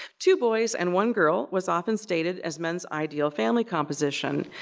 two boys and one girl was often stated as men's ideal family composition.